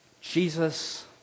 Jesus